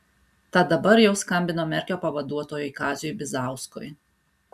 tad dabar jau skambino merkio pavaduotojui kaziui bizauskui